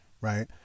Right